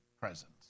presence